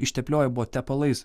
ištepliojo buvo tepalais